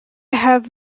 have